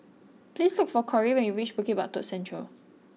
please look for Kori when you reach Bukit Batok Central